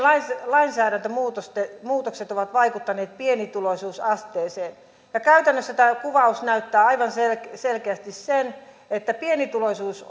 lainsäädäntömuutokset ovat vaikuttaneet pienituloisuusasteeseen käytännössä tämä kuvaus näyttää aivan selkeästi sen että pienituloisuus